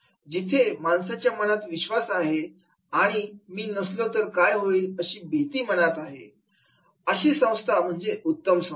जिथे माणसांच्या मनात विश्वास आहे आणि मी नसलो तर काय होईल अशी भीती मनात बाळगायची गरज नाही अशी संस्था उत्तम संस्था